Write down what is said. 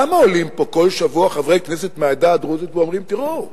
למה עולים פה כל שבוע חברי כנסת מהעדה הדרוזית ואומרים: תראו,